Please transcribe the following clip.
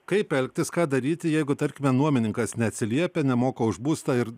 kaip elgtis ką daryti jeigu tarkime nuomininkas neatsiliepia nemoka už būstą ir